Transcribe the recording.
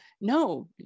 no